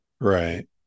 right